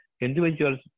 individuals